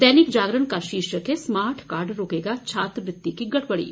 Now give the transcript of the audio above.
दैनिक जागरण का शीर्षक है स्मार्ट कार्ड रोकेगा छात्रवृत्रि की गड़बड़ी